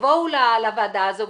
תבואו לוועדה הזו,